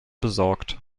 besorgt